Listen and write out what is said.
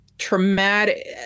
traumatic